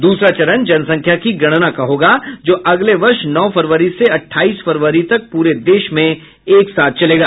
दूसरा चरण जनसंख्या की गणना का होगा जो अगले वर्ष नौ फरवरी से अट्ठाईस फरवरी तक पूरे देश में एक साथ चलेगा